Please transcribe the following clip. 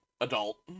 Adult